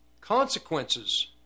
consequences